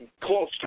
close